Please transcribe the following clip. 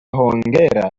hongera